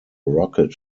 rocket